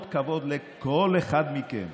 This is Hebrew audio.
אות כבוד לכל אחד מכם,